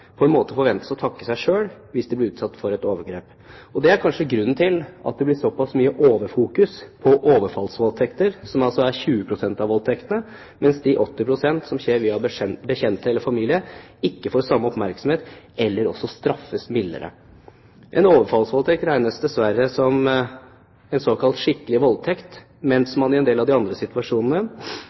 på en måte forventes å takke seg selv hvis de blir utsatt for et overgrep. Det er kanskje grunnen til at det blir såpass mye overfokus på overfallsvoldtekter, som er 20 pst. av voldtektene, mens de 80 pst. som skjer via bekjente eller familie, ikke får samme oppmerksomhet, eller også straffes mildere. En overfallsvoldtekt regnes dessverre som en «skikkelig» voldtekt, mens man i en del andre situasjoner har en tendens til å lempe ansvaret over på den utsatte, i form av